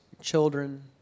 children